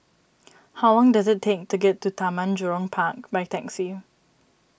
how long does it take to get to Taman Jurong Park by taxi